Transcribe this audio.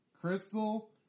Crystal